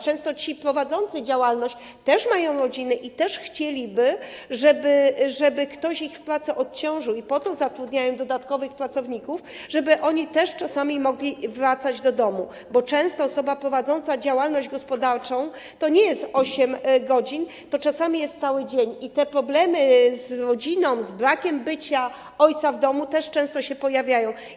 Często ci prowadzący działalność też mają rodziny i też chcieliby, żeby ktoś ich w pracy odciążył, i po to zatrudniają dodatkowych pracowników, żeby oni też czasami mogli wracać do domu, bo często osoba prowadząca działalność gospodarczą nie pracuje 8 godzin, to czasami jest cały dzień, i problemy z rodziną, z brakiem ojca w domu też często się pojawiają.